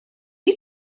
you